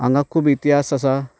हांगा खूब इतिहास आसा